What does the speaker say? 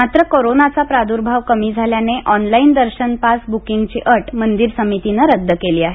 मात्र कोरोनाचा प्रादुर्भाव कमी झाल्याने ऑनलाइन दर्शन पास ब्किंगची अट मंदिर समितीने रद्द केली आहे